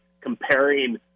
comparing